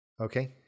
Okay